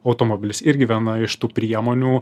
automobilis irgi viena iš tų priemonių